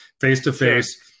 face-to-face